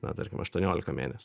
na tarkim aštuoniolika mėnesių